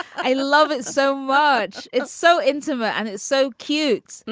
i love it so much it's so intimate and it's so cute.